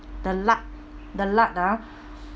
the lard the lard ah